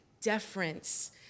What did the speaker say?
deference